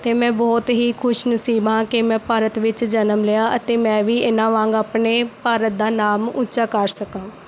ਤੇ ਮੈਂ ਬਹੁਤ ਹੀ ਖੁਸ਼ਨਸੀਬ ਹਾਂ ਕਿ ਮੈਂ ਭਾਰਤ ਵਿੱਚ ਜਨਮ ਲਿਆ ਅਤੇ ਮੈਂ ਵੀ ਇਹਨਾਂ ਵਾਂਗ ਆਪਣੇ ਭਾਰਤ ਦਾ ਨਾਮ ਉੱਚਾ ਕਰ ਸਕਾਂ